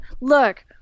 Look